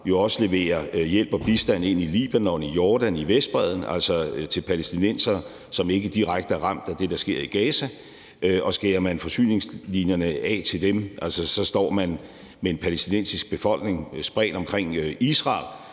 jo også leverer hjælp og bistand ind i Libanon, Jordan og Vestbredden, altså til palæstinensere, som ikke direkte er ramt af det, der sker i Gaza. Skærer man forsyningslinjerne af til dem, står man med en palæstinensisk befolkning spredt omkring Israel,